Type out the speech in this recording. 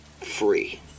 free